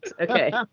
Okay